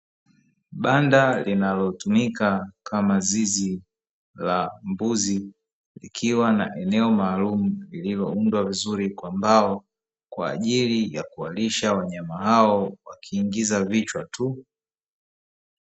Banda linalotumika kama zizi la mbuzi, likiwa na eneo maalumu lililoundwa vizuri kwa mbao, kwa ajili ya kuwalisha wanyama hao wakiingiza vichwa tu.